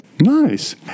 Nice